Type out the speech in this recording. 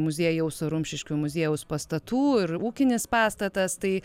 muziejaus rumšiškių muziejaus pastatų ir ūkinis pastatas tai